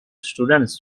students